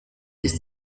ist